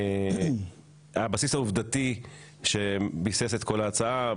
הבסיס העובדתי שביסס את כל ההצעה,